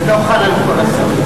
זה לא חל על כל השרים.